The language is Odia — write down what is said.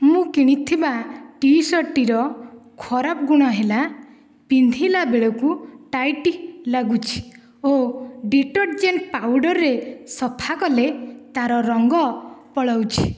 ମୁଁ କିଣିଥିବା ଟି ସାର୍ଟଟିର ଖରାପ ଗୁଣ ହେଲା ପିନ୍ଧିଲା ବେଳକୁ ଟାଇଟ ଲାଗୁଛି ଓ ଡିଟରଜେଣ୍ଟ ପାଉଡ଼ରରେ ସଫା କଲେ ତାର ରଙ୍ଗ ପଳଉଛି